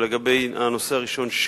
לגבי הנושא הראשון,